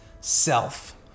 self